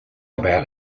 about